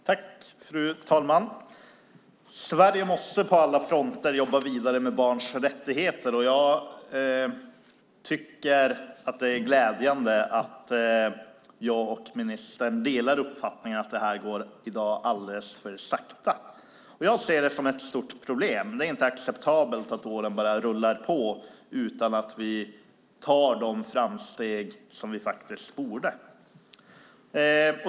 Fru talman! Sverige måste på alla fronter jobba vidare med barns rättigheter. Jag tycker att det är glädjande att jag och ministern delar uppfattningen att det i dag går alldeles för sakta. Jag ser det som ett stort problem. Det är inte acceptabelt att åren bara rullar på utan att vi gör de framsteg som vi faktiskt borde.